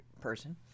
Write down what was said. person